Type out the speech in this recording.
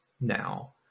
now